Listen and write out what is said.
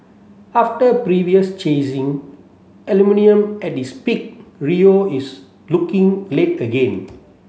after previously chasing aluminium at its peak Rio is looking late again